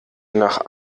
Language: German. nach